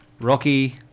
rocky